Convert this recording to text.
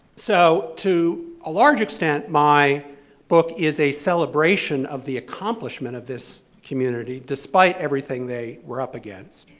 so, to a large extent, my book is a celebration of the accomplishment of this community despite everything they were up against.